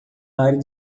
área